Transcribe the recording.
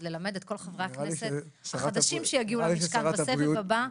וללמד את כל חברי הכנסת החדשים שיגיעו לכאן בסבב הבא.